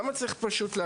למה צריך להקשות?